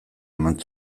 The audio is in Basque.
eman